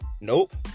Nope